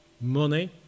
money